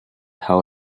how